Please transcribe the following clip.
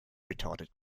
retorted